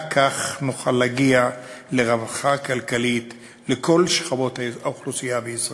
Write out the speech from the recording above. רק כך נוכל להגיע לרווחה כלכלית לכל שכבות האוכלוסייה בישראל.